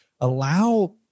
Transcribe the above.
allow